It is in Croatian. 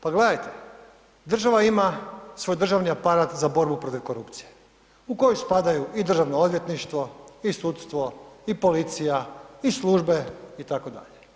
Pa gledajte, država ima svoj državni aparat za borbu protiv korupcije u koji spadaju i Državno odvjetništvo i sudstvo i policija i službe itd.